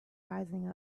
rising